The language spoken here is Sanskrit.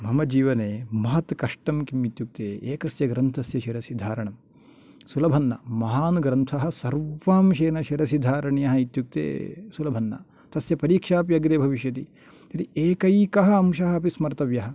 मम जीवने महत् कष्टम् किं इत्युक्ते एकस्य ग्रन्थस्य शिरसि धारणं सुलभन्न महान् ग्रन्थः सर्वांशेन शिरसि धारणीयः इत्युक्ते सुलभन्न तस्य परीक्षा अपि अग्रे भविष्यति एकैकः अंशः अपि स्मर्तव्यः